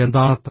എന്താണത്